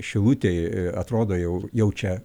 šilutėje atrodo jau jau čia